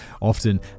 often